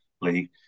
league